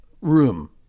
room